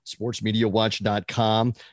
SportsMediaWatch.com